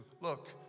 look